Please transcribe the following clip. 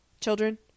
Children